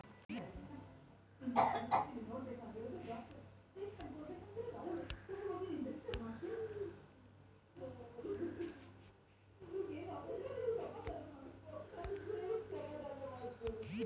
ನಮ್ ಭಾರತ ವಿಶ್ವದಾಗ್ ಭಾಳ ದೊಡ್ಡುದ್ ಚಹಾ ಗಿಡಗೊಳ್ ಬೆಳಸದ್ ಮತ್ತ ತೈಯಾರ್ ಮಾಡೋ ದೇಶ ಅದಾ